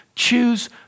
choose